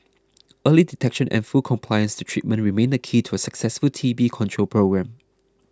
early detection and full compliance to treatment remain the key to a successful T B control programme